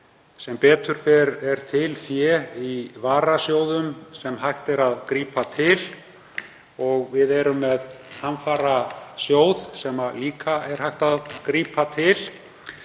Sem betur fer er til fé í varasjóðum sem hægt er að grípa til og við erum með hamfarasjóð sem einnig er hægt að grípa til.